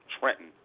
Trenton